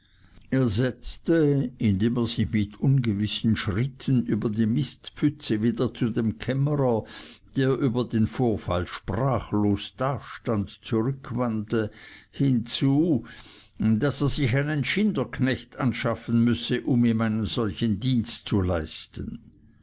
er setzte indem er sich mit ungewissen schritten über die mistpfütze wieder zu dem kämmerer der über diesen vorfall sprachlos dastand zurück wandte hinzu daß er sich einen schinderknecht anschaffen müsse um ihm einen solchen dienst zu leisten